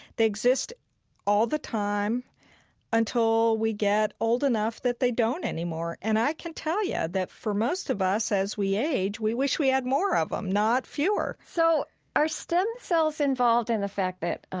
they exist all the time until we get old enough that they don't anymore. and i can tell you, yeah that for most of us as we age, we wish we had more of them, not fewer so are stem cells involved in the fact that,